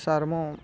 sir ମୁଁ